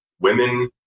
women